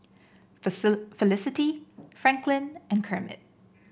Felicity Franklyn and Kermit